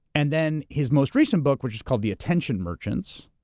and then his most recent book, which is called the attention merchants,